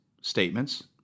statements